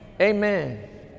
amen